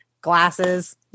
glasses